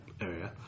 area